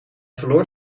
verloor